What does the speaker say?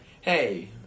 hey